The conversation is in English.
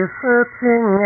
searching